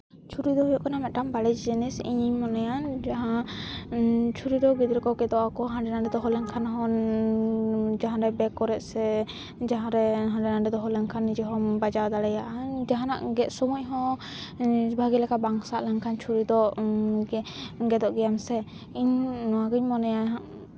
ᱪᱷᱩᱨᱤ ᱫᱚ ᱦᱩᱭᱩᱜ ᱠᱟᱱᱟ ᱢᱤᱫᱴᱟᱝ ᱵᱷᱟᱹᱲᱤᱡ ᱡᱤᱱᱤᱥ ᱤᱧᱤᱧ ᱢᱚᱱᱮᱭᱟ ᱡᱟᱦᱟᱸ ᱪᱷᱩᱨᱤ ᱨᱮ ᱜᱤᱫᱽᱨᱟᱹ ᱠᱚ ᱜᱮᱫᱚᱜ ᱟᱠᱚ ᱦᱟᱰᱮ ᱱᱷᱟᱰᱮ ᱫᱚᱦᱚ ᱞᱮᱱᱠᱷᱟᱱ ᱦᱚᱸ ᱡᱟᱦᱟᱱᱟᱜ ᱵᱮᱜᱽ ᱠᱚᱨᱮ ᱥᱮ ᱡᱟᱦᱟᱸ ᱨᱮ ᱦᱟᱰᱮ ᱱᱷᱟᱰᱮ ᱫᱚᱦᱚ ᱞᱮᱱᱠᱷᱟᱱ ᱱᱤᱡᱮ ᱦᱚᱸᱢ ᱵᱟᱡᱟᱣ ᱫᱟᱲᱮᱭᱟᱜᱼᱟ ᱡᱟᱦᱟᱱᱟᱜ ᱜᱮᱫ ᱥᱚᱢᱚᱭ ᱦᱚᱸ ᱵᱷᱟᱜᱮ ᱞᱮᱠᱟ ᱵᱟᱝ ᱥᱟᱵ ᱞᱮᱱᱠᱷᱟᱱ ᱪᱷᱩᱨᱤ ᱫᱚ ᱜᱮᱫᱚᱜ ᱜᱮᱭᱟᱢ ᱥᱮ ᱤᱧ ᱱᱚᱣᱟᱜᱮᱧ ᱢᱚᱱᱮᱭᱟ